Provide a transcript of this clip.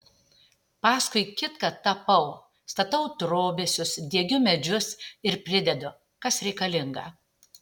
paskui kitką tapau statau trobesius diegiu medžius ir pridedu kas reikalinga